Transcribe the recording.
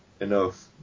enough